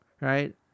right